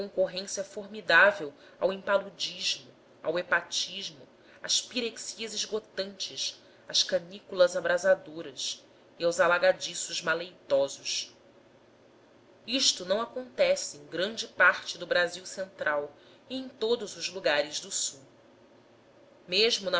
concorrência formidável ao impaludismo ao hepatismo às pirexias esgotantes às canículas abrasadoras e aos alagadiços maleitosos isto não acontece em grande parte do brasil central e em todos os lugares do sul mesmo